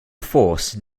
force